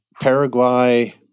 Paraguay